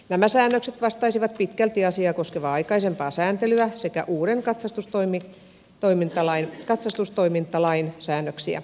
nämä säännökset vastaisivat pitkälti asiaa koskevaa aikaisempaa sääntelyä sekä uuden katsastustoimintalain säännöksiä